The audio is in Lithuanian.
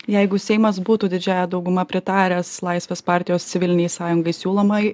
jeigu seimas būtų didžiąja dauguma pritaręs laisvės partijos civilinei sąjungai siūlomai